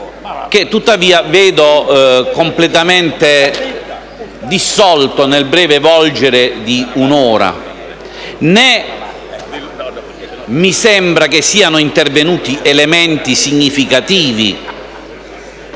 che tuttavia vedo completamente dissolto nel breve volgere di un'ora, né mi sembra che siano intervenuti elementi significativi